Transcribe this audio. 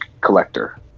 collector